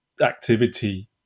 activity